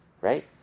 Right